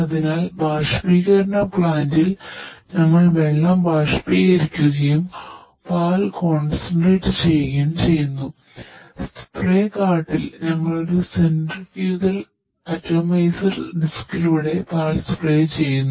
ഒരു പ്ലാന്റിൽ ചെയ്യുന്നു